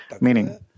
Meaning